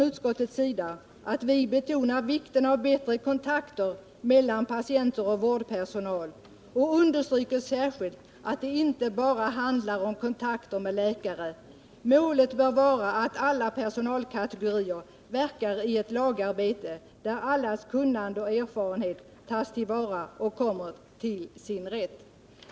Utskottet betonar också vikten av bättre kontakter mellan patienter och vårdpersonal och understryker särskilt att det inte bara handlar om kontakter med läkare. Målet bör vara att alla personalkategorier verkar i ett lagarbete där allas kunnande och erfarenhet tas till vara och kommer till sin rätt.